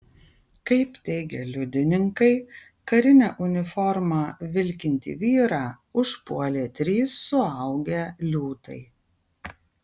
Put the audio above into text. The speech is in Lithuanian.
kaip teigia liudininkai karine uniforma vilkintį vyrą užpuolė trys suaugę liūtai